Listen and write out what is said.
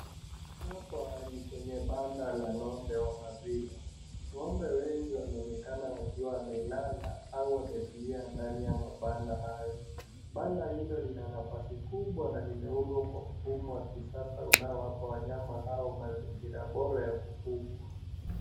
Hapa ni kwenye banda la ng'ombe wa maziwa.Ng'ombe wengi wanaonekana wakiwa wamelala au wametulia ndani ya mabanda hayo. Banda hilo lina nafasi kubwa na limeundwa kwa mfumo wa kisasa unaowapa wanyama hawa mazingira bora ya kufugwa.